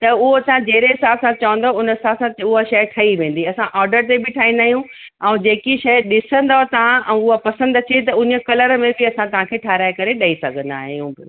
त उहो तव्हां जहिड़े हिसाब सां चवंदव उन हिसाब सां उहा शइ ठही वेंदी असां ऑडर ते बि ठाहींदा आहियूं ऐं जेकी शइ ॾिसंदव तव्हां ऐं उहा पसंदि अचे त उन कलर में बि असां तव्हांखे ठाहिराए करे ॾई सघंदा आहियूं बि